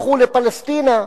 לכו לפלשתינה",